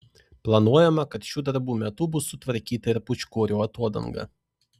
planuojama kad šių darbų metu bus sutvarkyta ir pūčkorių atodanga